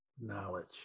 knowledge